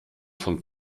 von